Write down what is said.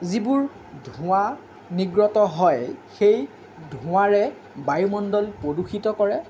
যিবোৰ ধোঁৱা নিৰ্গত হয় সেই ধোঁৱাৰে বায়ুমণ্ডল প্ৰদূষিত কৰে